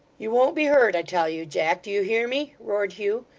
you won't be hurt i tell you, jack do you hear me roared hugh,